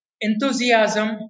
enthusiasm